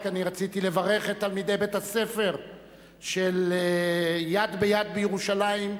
רציתי לברך את תלמידי בית-הספר של "יד ביד" בירושלים,